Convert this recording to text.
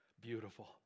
beautiful